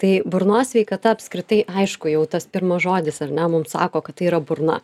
tai burnos sveikata apskritai aišku jau tas pirmas žodis ar ne mums sako kad tai yra burna